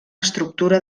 estructura